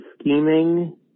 scheming